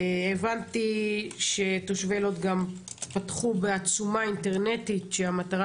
הבנתי שתושבי לוד פתחו בעצומה אינטרנטית שהמטרה